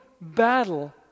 battle